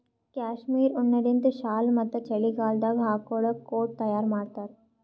cashmere ಉಣ್ಣಿಲಿಂತ್ ಶಾಲ್ ಮತ್ತ್ ಚಳಿಗಾಲದಾಗ್ ಹಾಕೊಳ್ಳ ಕೋಟ್ ತಯಾರ್ ಮಾಡ್ತಾರ್